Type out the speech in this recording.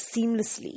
seamlessly